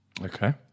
Okay